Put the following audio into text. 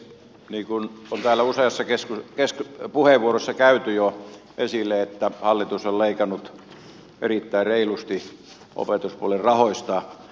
niin kuin on täällä useassa puheenvuorossa tullut jo esille hallitus on leikannut erittäin reilusti opetuspuolen rahoista